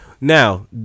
Now